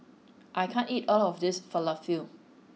I can't eat all of this Falafel